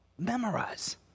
memorize